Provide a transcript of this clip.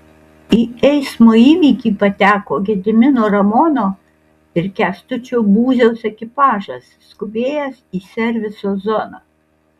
į eismo įvykį pateko gedimino ramono ir kęstučio būziaus ekipažas skubėjęs į serviso zoną